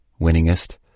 winningest